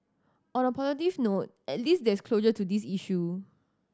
on a positive note at least there is closure to this issue